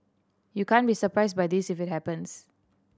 you can't be surprised by this if it happens